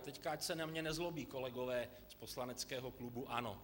Teď ať se na mě nezlobí kolegové z poslaneckého klubu ANO.